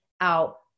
out